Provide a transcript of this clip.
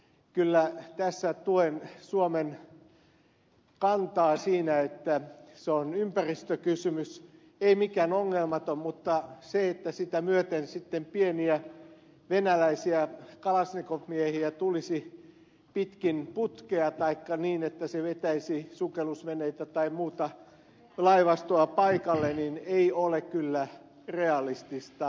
kyllä tässä tuen suomen kantaa siinä että se on ympäristökysymys ei mikään ongelmaton mutta se että sitä myöten sitten pieniä venäläisiä kalasnikov miehiä tulisi pitkin putkea taikka että se vetäisi sukellusveneitä tai muuta laivastoa paikalle ei ole kyllä realistista